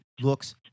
looks